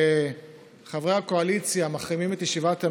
שחברי הקואליציה מחרימים את ישיבת המליאה,